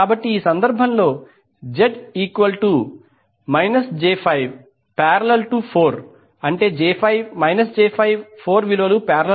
కాబట్టి ఈ సందర్భం లో Z j5||42